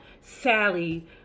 Sally